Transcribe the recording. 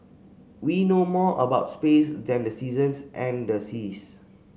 we know more about space than the seasons and the seas